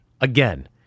again